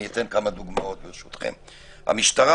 המשטרה,